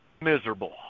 miserable